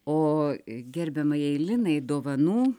o gerbiamajai linai dovanų